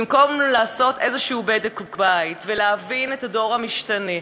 במקום לעשות איזשהו בדק בית ולהבין את הדור המשתנה,